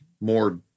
more